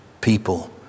people